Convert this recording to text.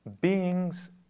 beings